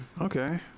Okay